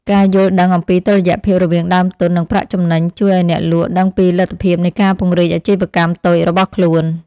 ការយល់ដឹងអំពីតុល្យភាពរវាងដើមទុននិងប្រាក់ចំណេញជួយឱ្យអ្នកលក់ដឹងពីលទ្ធភាពនៃការពង្រីកអាជីវកម្មតូចរបស់ខ្លួន។